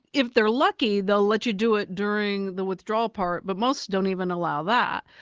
if they're lucky they'll let you do it during the withdrawal part, but most don't even allow that.